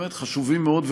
באמת חשובים מאוד,